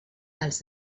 els